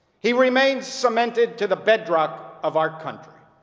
he remains cemented to the bedrock of our country.